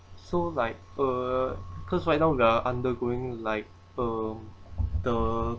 so like uh cause right now we are undergoing like uh the